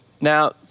Now